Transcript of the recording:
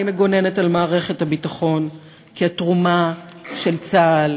אני מגוננת על מערכת הביטחון כי התרומה של צה"ל